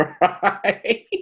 Right